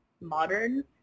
modern